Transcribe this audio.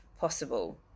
possible